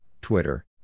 Twitter